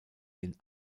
den